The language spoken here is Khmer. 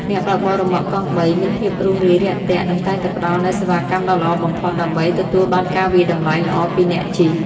អ្នកបើកបររ៉ឺម៉កកង់បីមានភាពរួសរាយរាក់ទាក់និងតែងតែផ្តល់នូវសេវាកម្មដ៏ល្អបំផុតដើម្បីទទួលបានការវាយតម្លៃល្អពីអ្នកជិះ។